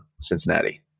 cincinnati